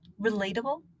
relatable